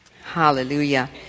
Hallelujah